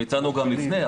הצענו גם לפני,